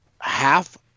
half